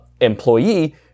employee